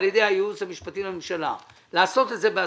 ידי הייעוץ המשפטי לממשלה לעשות את זה בעצמכם,